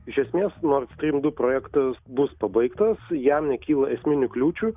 iš esmės nord strim du projektas bus pabaigtas jam nekyla esminių kliūčių